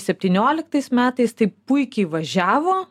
septynioliktais metais taip puikiai važiavo